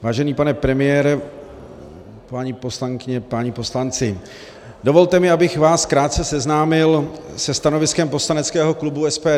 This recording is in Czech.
Vážený pane premiére, paní poslankyně, páni poslanci, dovolte mi, abych vás krátce seznámil se stanoviskem poslaneckého klubu SPD.